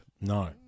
No